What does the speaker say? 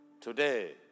Today